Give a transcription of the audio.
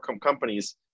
companies